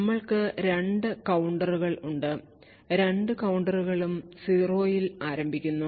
നമ്മൾക്കു രണ്ട് കൌണ്ടറുകൾ ഉണ്ട് രണ്ട് കൌണ്ടറുകളും 0 ൽ ആരംഭിക്കുന്നു